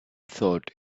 thought